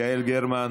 יעל גרמן,